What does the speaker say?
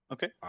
Okay